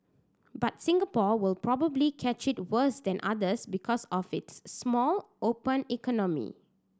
but Singapore will probably catch it worse than others because of its small open economy